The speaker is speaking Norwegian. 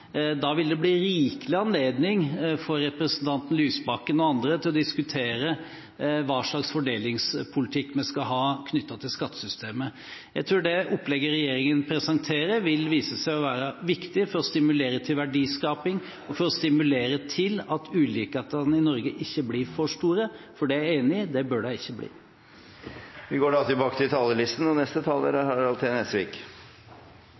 Da vil det bli rikelig anledning for representanten Lysbakken og andre til å diskutere hva slags fordelingspolitikk vi skal ha knyttet til skattesystemet. Jeg tror det opplegget regjeringen presenterer, vil vise seg å være viktig for å stimulere til verdiskaping og for å stimulere til at ulikhetene i Norge ikke blir for store, for – det er jeg enig i – det bør de ikke bli. Replikkordskiftet er omme. Det 160. storting er åpnet, og vi er